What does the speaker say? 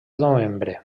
novembre